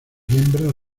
hembra